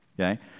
okay